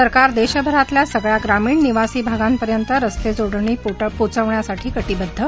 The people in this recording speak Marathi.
सरकार देशभरातल्या सगळ्या ग्रामीण निवासी भागांपर्यंत रस्ते जोडणी पोहचवण्यासाठी कटीबद्ध्